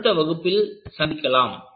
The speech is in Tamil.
நாம் அடுத்த வகுப்பில் சந்திக்கலாம்